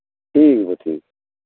ठीक है ठीक है